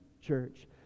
church